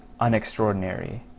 unextraordinary